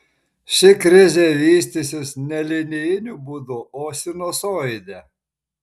ši krizė vystysis ne linijiniu būdu o sinusoide